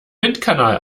windkanal